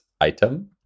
item